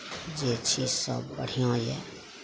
जे छी सब बढ़िऑं यऽ